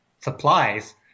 supplies